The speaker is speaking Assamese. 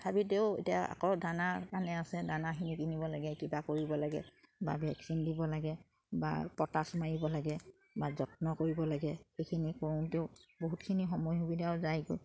তেওঁ এতিয়া আকৌ দানা আছে দানাখিনি কিনিব লাগে কিবা কৰিব লাগে বা ভেকচিন দিব লাগে বা পটাছ মাৰিব লাগে বা যত্ন কৰিব লাগে সেইখিনি কৰোঁতেও বহুতখিনি সময় সুবিধাও যায়গৈ